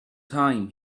time